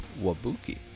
Wabuki